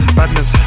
badness